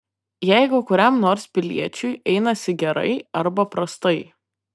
jeigu kuriam nors piliečiui einasi gerai arba prastai